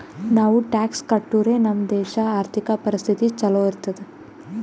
ನಾವು ಟ್ಯಾಕ್ಸ್ ಕಟ್ಟುರೆ ನಮ್ ದೇಶ ಆರ್ಥಿಕ ಪರಿಸ್ಥಿತಿ ಛಲೋ ಇರ್ತುದ್